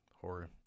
horror